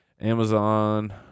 Amazon